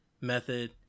method